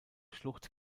schlucht